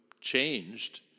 changed